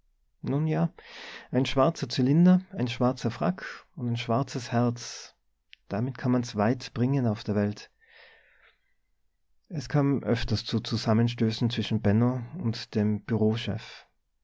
nun ja ein schwarzer zylinder ein schwarzer frack und ein schwarzes herz damit kann man's weit bringen auf der welt es kam öfters zu zusammenstößen zwischen benno und dem